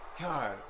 God